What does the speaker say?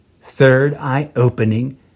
third-eye-opening